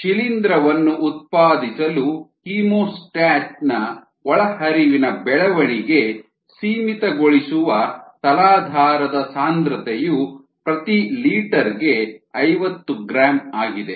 ಶಿಲೀಂಧ್ರವನ್ನು ಉತ್ಪಾದಿಸಲು ಕೀಮೋಸ್ಟಾಟ್ನ ಒಳಹರಿವಿನ ಬೆಳವಣಿಗೆ ಸೀಮಿತಗೊಳಿಸುವ ತಲಾಧಾರದ ಸಾಂದ್ರತೆಯು ಪ್ರತಿ ಲೀಟರ್ಗೆ ಐವತ್ತು ಗ್ರಾಂ ಆಗಿದೆ